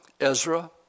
Ezra